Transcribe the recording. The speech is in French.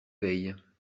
veille